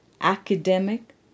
academic